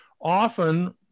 often